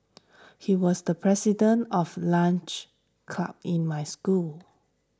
he was the president of lunch club in my school